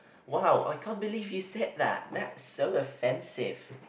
!wow! I can't believe you said that that's so offensive